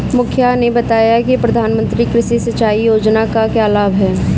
मुखिया ने बताया कि प्रधानमंत्री कृषि सिंचाई योजना का क्या लाभ है?